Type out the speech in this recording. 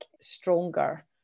stronger